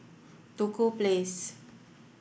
Duku Place